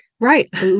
Right